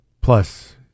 plus